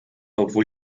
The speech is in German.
obwohl